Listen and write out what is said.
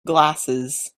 glasses